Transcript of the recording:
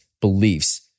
beliefs